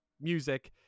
music